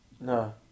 no